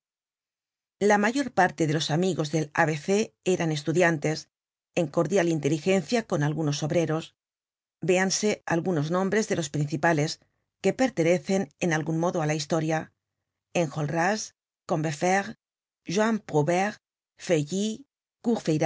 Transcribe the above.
la mayor parte de los amigos del abc eran estudiantes en cordial inteligencia con algunos obreros véanse algunos nombres de los principales que pertenecen en algun modo á la historia enjolras combeferre juan